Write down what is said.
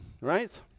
right